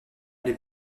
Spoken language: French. les